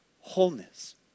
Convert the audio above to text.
wholeness